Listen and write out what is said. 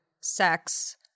sex